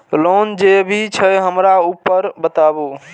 Loan जे भी छे हमरा ऊपर बताबू?